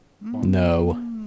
No